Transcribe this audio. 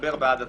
מדבר בעד עצמו.